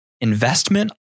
investment